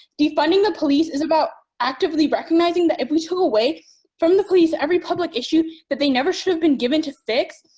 defunding the police is about actively recognizing that if we took away from the police every public issue that they never should have been given to fix,